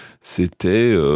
c'était «